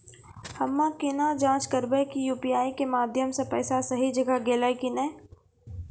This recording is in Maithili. हम्मय केना जाँच करबै की यु.पी.आई के माध्यम से पैसा सही जगह गेलै की नैय?